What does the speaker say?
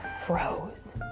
froze